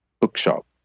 bookshop